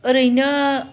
ओरैनो